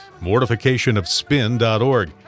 mortificationofspin.org